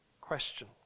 question